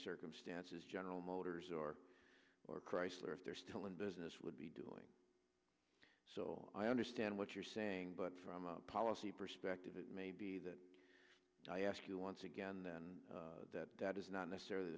circumstances general motors or or chrysler if they're still in business would be doing so i understand what you're saying but from a policy perspective it may be that i ask you once again and that is not necessarily